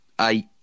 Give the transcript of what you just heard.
eight